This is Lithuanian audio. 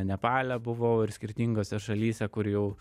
nepale buvau ir skirtingose šalyse kur jau